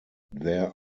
there